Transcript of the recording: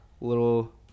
little